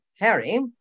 Harry